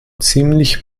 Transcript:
ziemlich